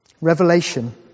Revelation